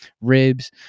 Ribs